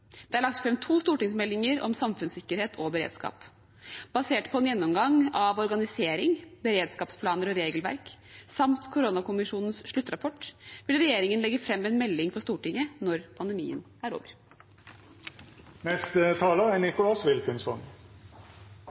Det er lagt fram to stortingsmeldinger om samfunnssikkerhet og beredskap. Basert på en gjennomgang av organisering, beredskapsplaner og regelverk samt koronakommisjonens sluttrapport vil regjeringen legge fram en melding for Stortinget når pandemien er over. Denne saken er